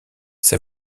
ça